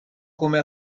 come